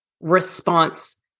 response